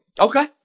Okay